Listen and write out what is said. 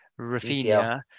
Rafinha